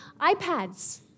iPads